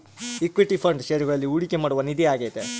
equity fund ಷೇರುಗಳಲ್ಲಿ ಹೂಡಿಕೆ ಮಾಡುವ ನಿಧಿ ಆಗೈತೆ